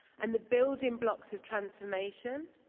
and the building blocks of transformation,